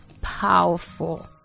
powerful